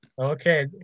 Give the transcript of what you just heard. Okay